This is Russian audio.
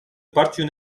партию